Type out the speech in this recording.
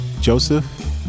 Joseph